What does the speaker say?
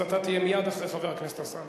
אז תהיה מייד אחרי חבר הכנסת אלסאנע.